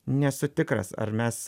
nesu tikras ar mes